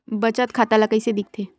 बचत खाता ला कइसे दिखथे?